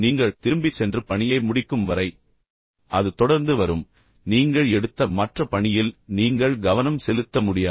நீங்கள் திரும்பிச் சென்று பணியை முடிக்கும் வரை அது தொடர்ந்து வரும் நீங்கள் எடுத்த மற்ற பணியில் நீங்கள் கவனம் செலுத்த முடியாது